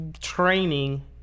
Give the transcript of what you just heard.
Training